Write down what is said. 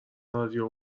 رادیو